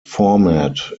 format